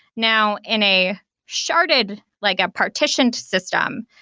now, in a sharded, like a partitioned system,